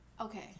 okay